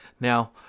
Now